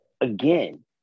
Again